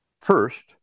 First